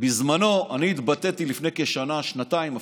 בזמנו, לפני כשנה, שנתיים אפילו,